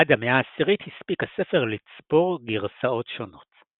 עד המאה העשירית הספיק הספר לצבור גרסאות שונות.